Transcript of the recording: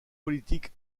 politique